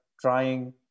trying